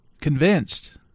convinced